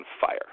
fire